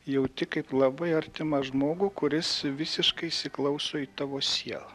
jauti kaip labai artimą žmogų kuris visiškai įsiklauso į tavo sielą